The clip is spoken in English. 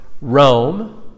Rome